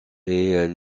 est